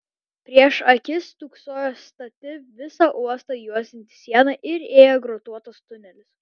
prieš akis stūksojo stati visą uostą juosianti siena ir ėjo grotuotas tunelis